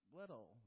little